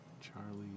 Charlie